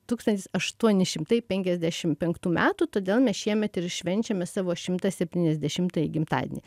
tūkstantis aštuoni šimtai penkiasdešimt penktų metų todėl mes šiemet ir švenčiame savo šimtas septyniasdešimtąjį gimtadienį